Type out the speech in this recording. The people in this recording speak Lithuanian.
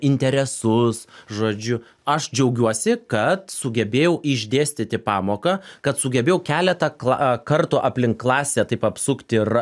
interesus žodžiu aš džiaugiuosi kad sugebėjau išdėstyti pamoką kad sugebėjau keletą kla kartų aplink klasę taip apsukti ra